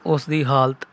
ਉਸ ਦੀ ਹਾਲਤ